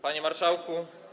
Panie Marszałku!